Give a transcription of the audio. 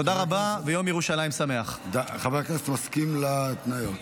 חבר הכנסת מסכים לתנאים?